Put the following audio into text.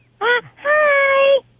Hi